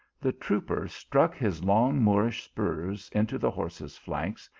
the trooper struck his long moorish spurs into the horse s flanks,